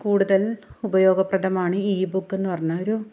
കൂടുതൽ ഉപയോഗപ്രദമാണ് ഇ ബുക്കെന്ന് പറഞ്ഞ ഒരു